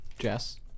Jess